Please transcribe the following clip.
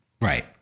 Right